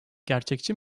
gerçekçi